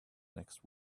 next